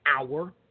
hour